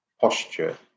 posture